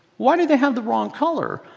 why do they have the wrong color?